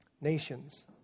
nations